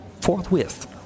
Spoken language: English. forthwith